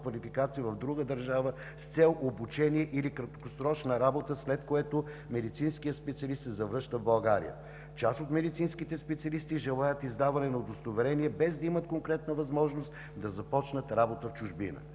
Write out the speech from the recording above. в друга държава с цел обучение или краткосрочна работа, след което медицинският специалист се завръща в България. Част от медицинските специалисти желаят издаване на удостоверение, без да имат конкретна възможност да започнат работа в чужбина.